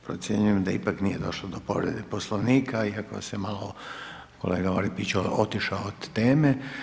Procjenjujem da ipak nije došlo do povrede Poslovnika iako se malo, kolega Orepić je otišao od teme.